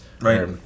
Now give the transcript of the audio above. right